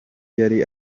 yari